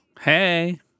Hey